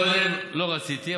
קודם לא רציתי,